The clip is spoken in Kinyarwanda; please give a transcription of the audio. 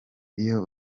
iyo